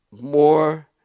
more